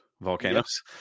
Volcanoes